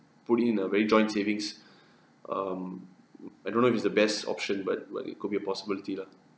put in in a very joint savings um I don't know if is the best option but but it could be a possibility lah